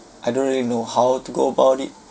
I don't really know how to go about it